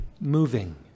moving